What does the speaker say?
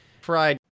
Fried